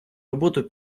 роботу